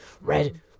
Red